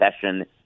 session